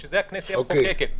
בשביל זה הכנסת מחוקקת,